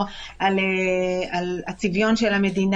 אני לא מדבר על ילדים.